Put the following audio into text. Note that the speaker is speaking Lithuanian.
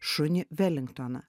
šunį velingtoną